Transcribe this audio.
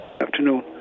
Afternoon